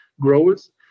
growers